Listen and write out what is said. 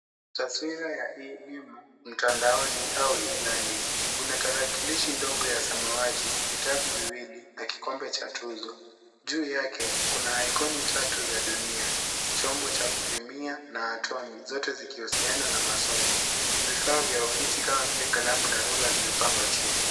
Taswira ya elimu mtandaoni au e-learning . Kuna tarakilishi ndogo ya samawati, vitabu viwili na kikombe cha tuzo. Juu yake, kuna aikoni tatu za dunia, chombo cha kupimia na atomi, zote zikihusiana na masomo. Vifaa vya ofisi kama vile kalamu na vitabu vimepangwa chini.